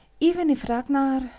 even if ragnar?